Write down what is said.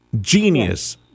Genius